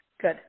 Good